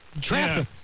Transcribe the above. Traffic